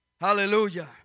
Hallelujah